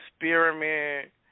experiment